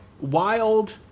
wild